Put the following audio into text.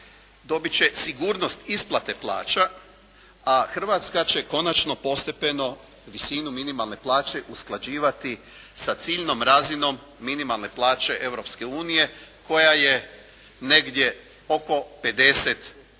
Dobit će sigurnost isplate plaća a Hrvatska će konačno postepeno visinu minimalne plaće usklađivati sa ciljnom razinom minimalne plaće Europske unije koja je negdje oko 50%